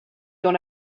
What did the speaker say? dans